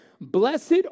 blessed